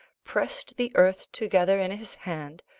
pressed the earth together in his hand,